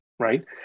right